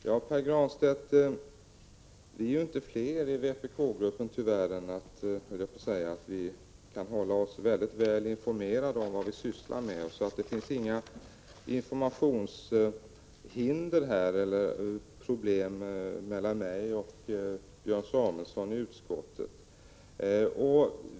Fru talman! Vi är — tyvärr — inte fler i vpk-gruppen än att vi kan hålla oss väl informerade om vad vi sysslar med. Det finns inga informationshinder eller informationsproblem mellan mig och Björn Samuelson i utskottet.